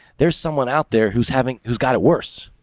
there's someone out there who's having who's got it worse,